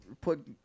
put